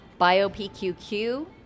BioPQQ